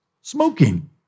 smoking